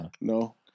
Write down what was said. no